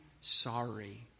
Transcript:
sorry